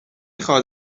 خواد